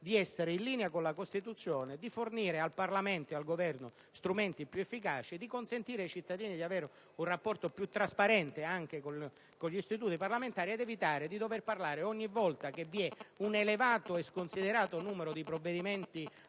di essere in linea con la Costituzione e di fornire al Parlamento ed al Governo strumenti più efficaci e, al contempo, ai cittadini di avere un rapporto più trasparente anche con gli istituti parlamentari, evitando, ogni volta che vi è un elevato e sconsiderato numero di provvedimenti